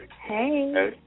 Hey